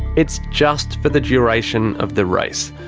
it's just for the duration of the race.